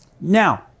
Now